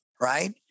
right